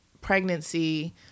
pregnancy